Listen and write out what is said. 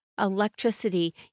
Electricity